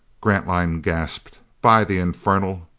grantline gasped, by the infernal!